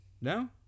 No